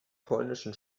polnischen